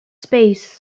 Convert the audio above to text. space